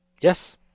Yes